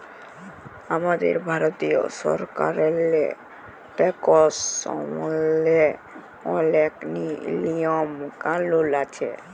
আমাদের ভারতীয় সরকারেল্লে ট্যাকস সম্বল্ধে অলেক লিয়ম কালুল আছে